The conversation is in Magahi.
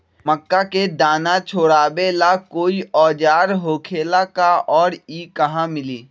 मक्का के दाना छोराबेला कोई औजार होखेला का और इ कहा मिली?